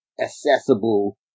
accessible